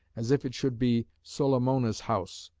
as if it should be solamona's house.